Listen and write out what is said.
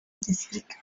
gisirikare